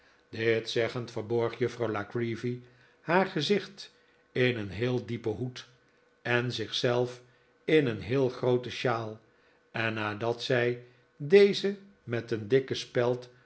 dit zeggend verborg juffrouw la creevy haar gezicht in een heel diepen hoed en zich zelf in een heel groote shawl en nadat zij deze met een dikke speld